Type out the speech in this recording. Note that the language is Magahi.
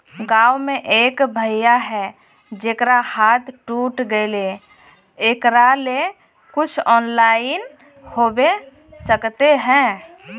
गाँव में एक भैया है जेकरा हाथ टूट गले एकरा ले कुछ ऑनलाइन होबे सकते है?